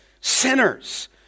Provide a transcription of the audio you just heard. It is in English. sinners